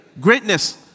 Greatness